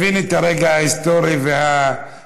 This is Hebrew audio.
אני מבין את הרגע ההיסטורי והמאתגר